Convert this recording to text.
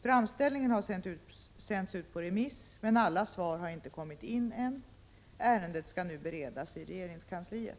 Framställningen har sänts ut på remiss, men alla svar har ännu inte kommit in. Ärendet skall nu beredas i regeringskansliet.